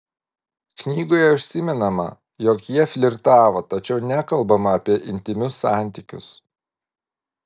knygoje užsimenama jog jie flirtavo tačiau nekalbama apie intymius santykius